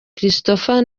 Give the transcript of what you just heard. christopher